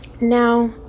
Now